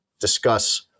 discuss